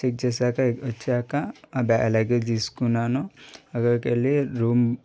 check చేసాక వచ్చాక ఆ బ్యా లగేజ్ తీసుకున్నాను అక్కడికెళ్ళి రూమ్